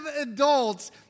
adults